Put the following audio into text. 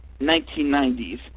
1990s